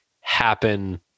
happen